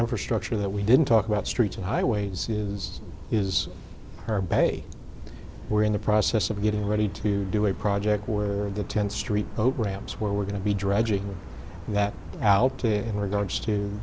infrastructure that we didn't talk about streets and highways is is her back a we're in the process of getting ready to do a project where the ten st programs where we're going to be dredging that out there in regards to